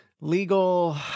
legal